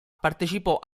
partecipò